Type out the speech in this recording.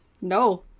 no